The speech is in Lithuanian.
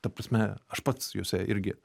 ta prasme aš pats juose irgi